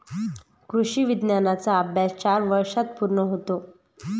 कृषी विज्ञानाचा अभ्यास चार वर्षांत पूर्ण होतो